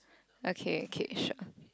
okay okay sure